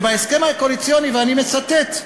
ובהסכם הקואליציוני, ואני מצטט: